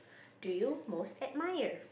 do you most admire